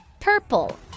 purple